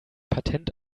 patent